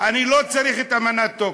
אני לא צריך את הצהרת טוקיו.